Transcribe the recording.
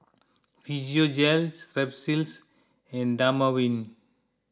Physiogel Strepsils and Dermaveen